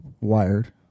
wired